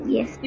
Yes